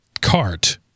cart